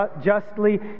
justly